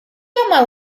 uma